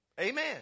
Amen